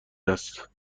است